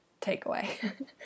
takeaway